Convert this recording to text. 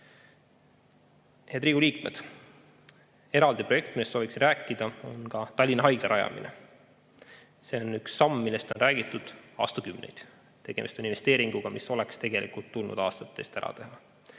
Head Riigikogu liikmed! Eraldi projekt, millest soovin rääkida, on ka Tallinna Haigla rajamine. See on üks samm, millest on räägitud aastakümneid. Tegemist on investeeringuga, mis oleks tegelikult tulnud aastate eest ära teha.